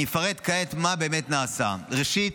אני אפרט כעת מה באמת נעשה: ראשית,